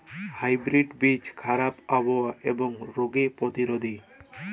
hybrid বীজ খারাপ আবহাওয়া এবং রোগে প্রতিরোধী